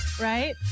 right